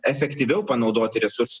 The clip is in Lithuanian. efektyviau panaudoti resursus